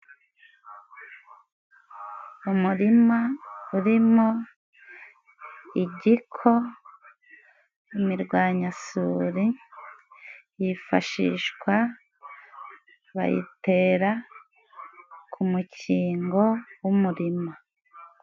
Umurima urimo igiko, imirwanyasuri yifashishwa, bayitera ku mukingo w'umurima.